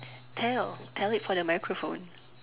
tell tell it for the microphone